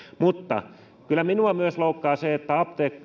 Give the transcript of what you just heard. mutta kyllä minua myös loukkaa se että